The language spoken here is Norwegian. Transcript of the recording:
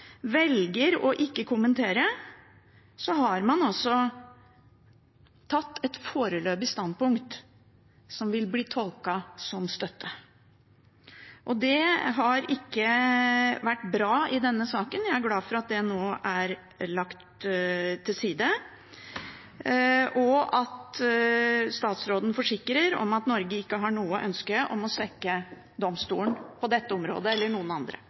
velger ikke å kommentere, har man tatt et foreløpig standpunkt som vil bli tolket som støtte. Det har ikke vært bra i denne saken. Jeg er glad for at det nå er lagt til side, og at statsråden forsikrer om at Norge ikke har noe ønske om å svekke domstolen på dette eller andre